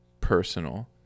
personal